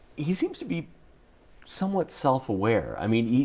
he seems to be somewhat self-aware. i mean,